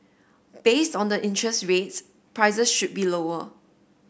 based on the interest rates prices should be lower